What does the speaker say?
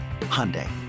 Hyundai